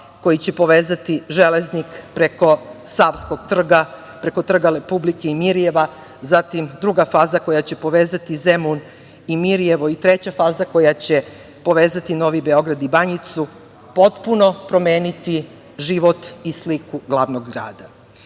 koji će povezati Železnik preko Savskog Trga, preko Trga Republike i Mirijeva, zatim druga faza koja će povezati Zemun i Mirijevo i treća faza koja će povezati Novi Beograd i Banjicu, potpuno promeniti život i sliku glavnog grada.I